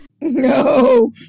No